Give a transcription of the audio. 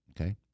Okay